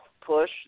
push